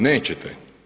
Nećete.